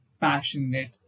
passionate